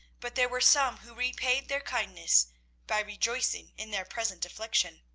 but there were some who repaid their kindness by rejoicing in their present affliction.